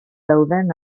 dauden